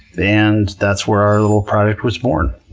and that's where our little product was born.